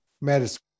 medicine